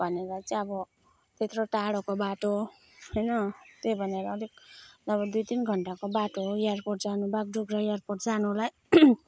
भनेर चाहिँ अब त्यत्रो टाढोको बाटो होइन त्यही भनेर अलिक अब दुई तिन घन्टाको बाटो हो एयरपोर्ट जानु बागडोग्रा एयरपोर्ट जानुलाई